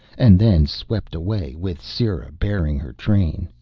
and then swept away with sera bearing her train.